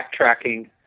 backtracking